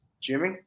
Jimmy